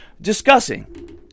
discussing